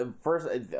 First